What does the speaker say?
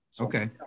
Okay